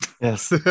Yes